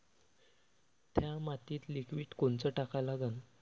थ्या मातीत लिक्विड कोनचं टाका लागन?